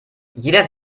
jeder